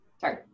Sorry